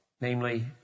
namely